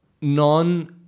non